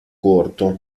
corto